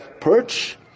perch